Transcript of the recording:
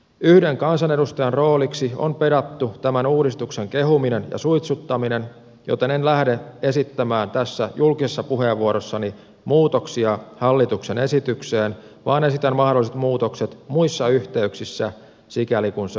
yhden kansanedustajan rooliksi on pedattu tämän uudistuksen kehuminen ja suitsuttaminen joten en lähde esittämään tässä julkisessa puheenvuorossani muutoksia hallituksen esitykseen vaan esitän mahdolliset muutokset muissa yhteyksissä sikäli kun se on mahdollista